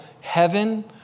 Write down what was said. Heaven